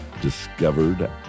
discovered